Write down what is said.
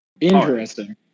Interesting